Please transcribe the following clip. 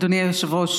אדוני היושב-ראש,